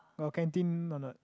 got canteen or not